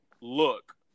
Look